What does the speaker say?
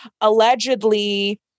Allegedly